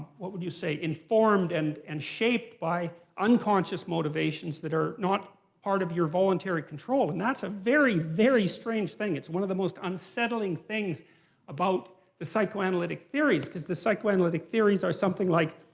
what would you say, informed and and shaped by unconscious motivations that are not part of your voluntary control. and that's a very, very strange thing. it's one of the most unsettling things about the psychoanalytic theories is the psychoanalytic theories are something like,